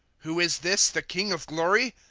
who is this, the king of glory?